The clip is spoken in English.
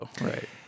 Right